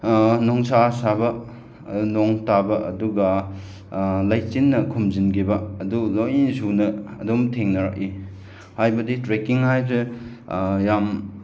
ꯅꯨꯡꯁꯥ ꯁꯥꯕ ꯅꯣꯡ ꯇꯥꯕ ꯑꯗꯨꯒ ꯂꯩꯆꯤꯟꯅ ꯈꯨꯝꯖꯤꯟꯈꯤꯕ ꯑꯗꯨ ꯂꯣꯏꯅ ꯁꯨꯅ ꯑꯗꯨꯝ ꯊꯦꯡꯅꯔꯛꯏ ꯍꯥꯏꯕꯗꯤ ꯇ꯭ꯔꯦꯀꯤꯡ ꯍꯥꯏꯕꯁꯦ ꯌꯥꯝ